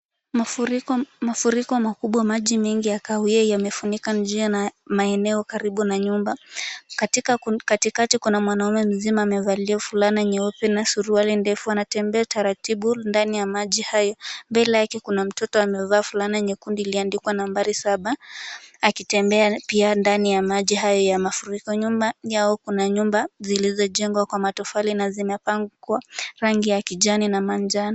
Mafuriko makubwa, maji mengi ya kahawia yamefunika njia na maeneo karibu na nyumba. Katikati kuna mwanaume mzima amevalia fulana nyeupe, na suruali ndefu anatembea taratibu ndani ya maji hayo. Mbele yake kuna mtoto amevaa fulana nyekundu iliyoandikwa nambari saba, akitembea pia ndani ya maji hayo ya mafuriko. Nyuma yao kuna nyumba zilizojengwa kwa matofali, na zimepakwa rangi ya kijani na manjano.